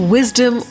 Wisdom